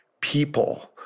people